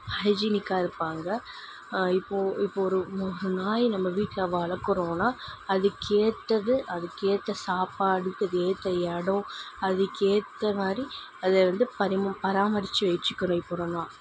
ஹைஜினிக்காக இருப்பாங்க இப்போ இப்போ ஒரு நாய் நம்ப வீட்டில் வளர்க்குறோனா அதற்கேத்தது அதற்கேத்த சாப்பாடுக்கு அது ஏற்ற இடோம் அதற்கேத்த மாதிரி அதை வந்து பரிம் பராமரிச்சு வச்சுக்கணும் இப்போ நல்லா